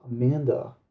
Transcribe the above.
Amanda